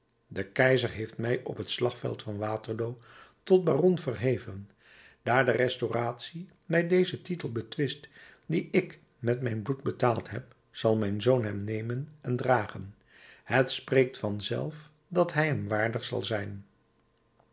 de keizer heeft mij op het slagveld van waterloo tot baron verheven daar de restauratie mij dezen titel betwist dien ik met mijn bloed betaald heb zal mijn zoon hem nemen en dragen het spreekt vanzelf dat hij hem waardig zal zijn